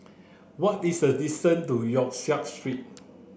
what is the distance to Yong Siak Street